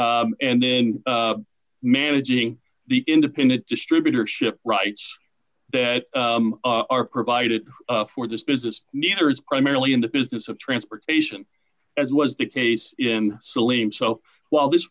and then managing the independent distributorship rights that are provided for this business neither is primarily in the business of transportation as was the case in selenium so well this